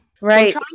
Right